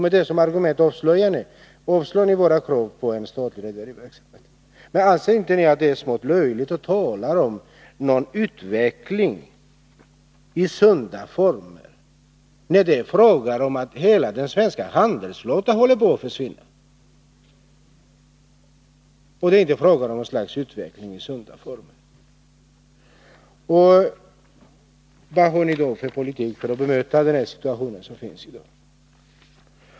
Med detta argument avslår man förslag om statlig rederiverksamhet. Men anser ni det inte smått löjligt att tala om en utveckling i sunda former när det är fråga om att hela den svenska handelsflottan håller på att försvinna? Det är inte alls fråga om något slags utveckling i sunda former. Vad har ni då för politik när det gäller att bemöta den situation som finns i dag?